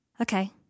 Okay